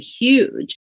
huge